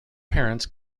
parents